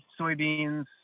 soybeans